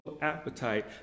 appetite